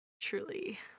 truly